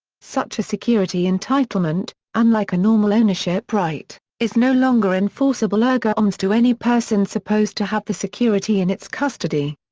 such a security entitlement, unlike a normal ownership right, is no longer enforceable erga omnes to any person supposed to have the security in its custody.